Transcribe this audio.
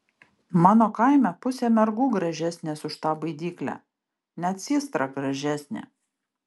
mano kaime pusė mergų gražesnės už tą baidyklę net systra gražesnė